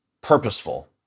purposeful